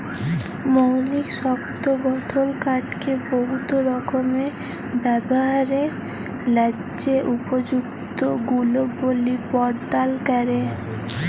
মৌলিক শক্ত গঠল কাঠকে বহুত রকমের ব্যাভারের ল্যাযে উপযুক্ত গুলবলি পরদাল ক্যরে